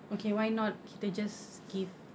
okay why not kita just give